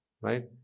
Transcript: Right